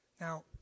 Now